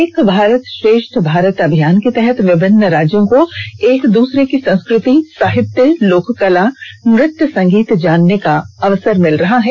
एक भारत श्रेष्ठ भारत अभियान के तहत विभिन्न राज्यों को एक द्सरे की संस्कृति साहित्य लोककला नृत्य संगीत जानने का अवसर मिल रहा है